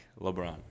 LeBron